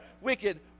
wicked